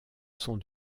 sont